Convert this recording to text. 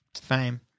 fame